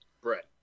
Brett